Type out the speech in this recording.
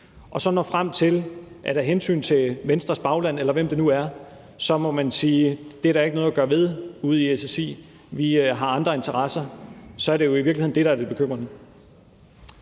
og så når frem til, at man af hensyn til Venstres bagland, eller hvem det nu er, må sige, at det er der ikke noget at gøre ved ude i SSI – vi har andre interesser – så er det jo i virkeligheden det, der er det bekymrende.